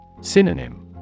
Synonym